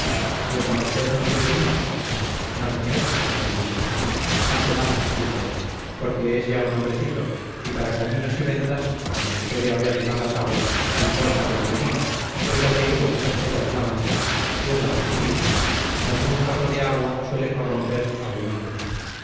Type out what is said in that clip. vuesa merced no bebe vino no señor respondí yo hace mal dijo él porque es ya un hombrecito y para caminos y ventas donde suele haber malas aguas importa beber vino fuera de ir vuesa merced a salamanca tierra frigidísima donde un jarro de agua suele corromper a un hombre